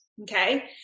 Okay